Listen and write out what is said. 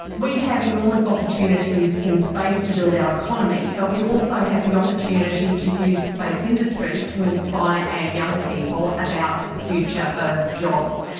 we have enormous opportunities in space to build our economy, but we also have the opportunity to use space industry to inspire our ah young people about the future of jobs.